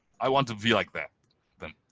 i want to be like that them.